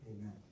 Amen